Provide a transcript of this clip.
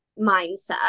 mindset